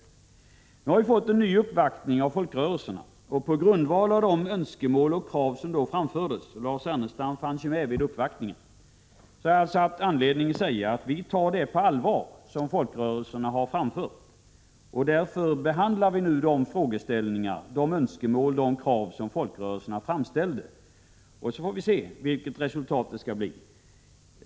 Nu har vi fått en ny uppvaktning av folkrörelserna, och Lars Ernestam fanns med vid uppvaktningen. Jag har haft anledning att säga att vi tar de önskemål och krav som framförts från folkrörelserna på allvar. Därför behandlar vi nu dessa önskemål och dessa krav. Vi får se vilket resultatet blir.